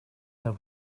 their